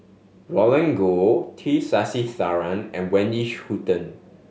Roland Goh T Sasitharan and Wendy Hutton